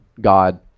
God